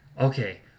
okay